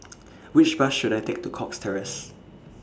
Which Bus should I Take to Cox Terrace